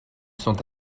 sont